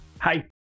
Hi